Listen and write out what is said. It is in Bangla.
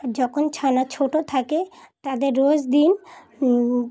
যখন ছানা ছোটো থাকে তাদের রোজ দিন